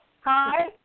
Hi